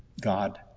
God